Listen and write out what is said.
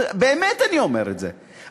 באמת אני אומר את זה.